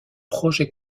projet